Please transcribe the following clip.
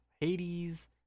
Hades